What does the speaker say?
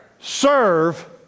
Serve